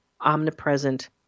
omnipresent